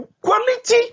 Quality